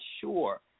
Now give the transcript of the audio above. sure